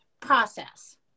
process